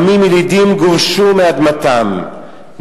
עמים ילידים גורשו מאדמתם,